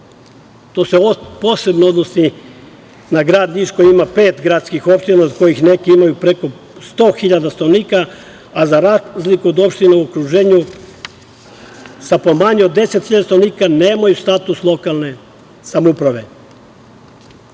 To se posebno odnosi na grad Niš koji ima pet gradskih opština od koje neke imaju preko 100.000 stanovnika, a za razliku od opština u okruženju sa po manje od 10.000 stanovnika nemaju status lokalne samouprave.U